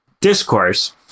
discourse